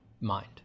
mind